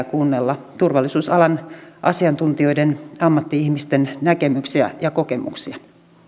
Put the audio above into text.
kuunnella turvallisuusalan asiantuntijoiden ammatti ihmisten näkemyksiä ja kokemuksia